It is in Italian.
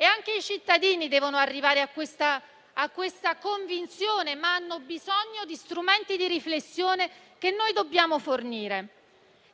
Anche i cittadini devono arrivare a questa convinzione, ma hanno bisogno di strumenti di riflessione che noi dobbiamo fornire.